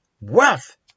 wealth